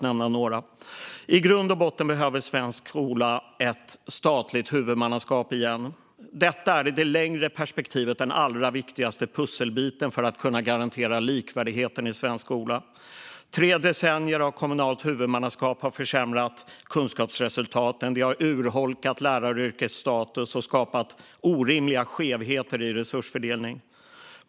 I grund och botten behöver svensk skola ett statligt huvudmannaskap igen. Detta är i det längre perspektivet den allra viktigaste pusselbiten för att garantera likvärdigheten i svensk skola. Tre decennier av kommunalt huvudmannaskap har försämrat kunskapsresultaten. Vi har urholkat läraryrkets status och skapat orimliga skevheter i resursfördelning.